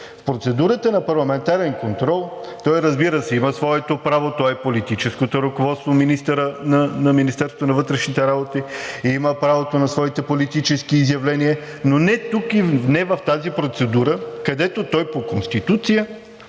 В процедурата на парламентарен контрол той, разбира се, има своето право, той е политическото ръководство, министърът на Министерството на вътрешните работи, има правото на своите политически изявления, но не тук и не в тази процедура, където той по Конституция